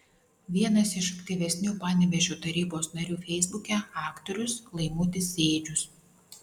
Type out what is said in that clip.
vienas iš aktyvesnių panevėžio tarybos narių feisbuke aktorius laimutis sėdžius